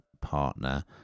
partner